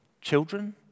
children